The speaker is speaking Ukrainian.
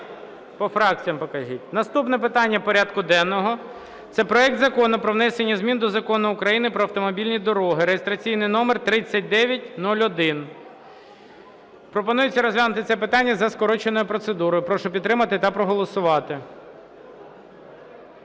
Наступне питання порядку денного – це проект Закону про внесення змін до Закону України "Про автомобільні дороги" (реєстраційний номер 3901). Пропонується розглянути це питання за скороченою процедурою. Прошу підтримати та проголосувати.